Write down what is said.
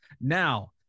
Now